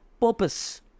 purpose